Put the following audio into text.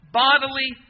bodily